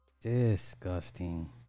disgusting